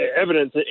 evidence